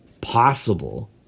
possible